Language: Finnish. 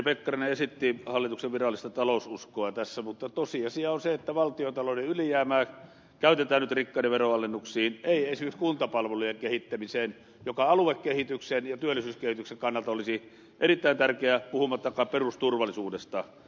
ministeri pekkarinen esitti hallituksen virallista taloususkoa tässä mutta tosiasia on se että valtiontalouden ylijäämää käytetään nyt rikkaiden veronalennuksiin ei esimerkiksi kuntapalvelujen kehittämiseen joka aluekehityksen ja työllisyyskehityksen kannalta olisi erittäin tärkeää puhumattakaan perusturvallisuudesta